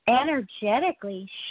energetically